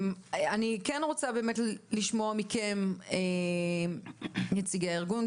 אני כן רוצה באמת לשמוע מכם נציגי הארגון,